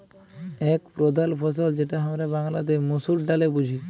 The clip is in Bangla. এক প্রধাল ফসল যেটা হামরা বাংলাতে মসুর ডালে বুঝি